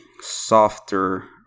softer